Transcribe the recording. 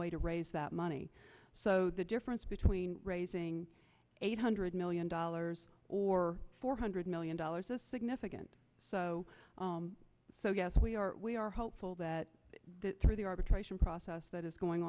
way to raise that money so the difference between raising eight hundred million dollars or four hundred million dollars is significant so so yes we are we are hopeful that through the arbitration process that is going